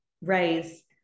raise